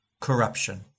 corruption